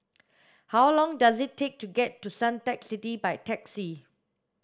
how long does it take to get to Suntec City by taxi